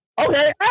Okay